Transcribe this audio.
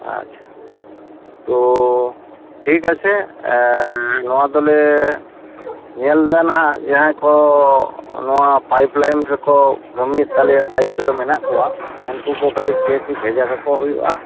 ᱟᱪᱪᱷᱟ ᱛᱳ ᱴᱷᱤᱠ ᱟᱪᱷᱮ ᱱᱚᱣᱟ ᱫᱚᱞᱮ ᱧᱮᱞᱫᱟ ᱱᱟᱦᱟᱜ ᱡᱟᱸᱦᱟᱭ ᱠᱚ ᱱᱚᱣᱟ ᱯᱟᱹᱭᱤᱯ ᱞᱟᱹᱭᱤᱱ ᱨᱮᱠᱚ ᱠᱟᱹᱢᱤᱭᱮᱫ ᱛᱟᱞᱮᱭᱟ ᱫᱟᱭᱤᱛᱛᱚᱨᱮ ᱢᱮᱱᱟᱜ ᱠᱚᱣᱟ ᱩᱱᱠᱩ ᱠᱚ ᱠᱟᱹᱴᱤᱡ ᱪᱮᱠ ᱵᱷᱮᱡᱟ ᱠᱟᱠᱚ ᱦᱩᱭᱩᱜᱼᱟ